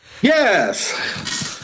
Yes